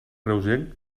reusenc